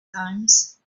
times